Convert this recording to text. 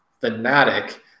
fanatic